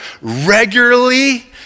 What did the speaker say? regularly